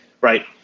Right